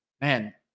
Man